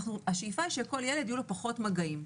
השאיפה היא שלכל ילד יהיו פחות מגעים,